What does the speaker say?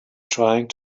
trying